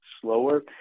slower